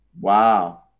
Wow